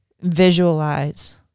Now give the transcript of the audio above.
visualize